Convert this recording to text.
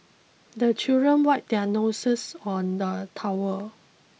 the children wipe their noses on the towel